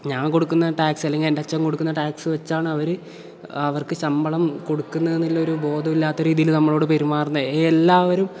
ഞാൻ കൊടുക്കുന്ന ടാക്സ് അല്ലെങ്കിൽ എൻ്റെ അച്ഛൻ കൊടുക്കുന്ന ടാക്സ് വച്ചാണ് അവർ അവർക്ക് ശമ്പളം കൊടുക്കുന്നത് എന്നുള്ളൊരു ബോധം ഇല്ലാത്ത രീതിയിൽ നമ്മളോട് പെരുമാറുന്നത് എല്ലാവരും